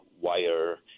wire